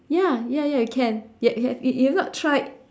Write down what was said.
ya ya ya can you have you have not tried